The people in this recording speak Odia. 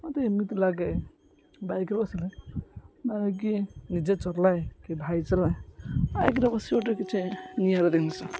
ମତେ ଏମିତି ଲାଗେ ବାଇକ୍ରେ ବସିଲେ କି ନିଜେ ଚଲାଏ କି ଭାଇ ଚଲାଏ ବାଇକ୍ରେେ ବସି ଗୁଟେ କିଛି ନିଆର ଜିନିଷ